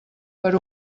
per